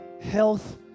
health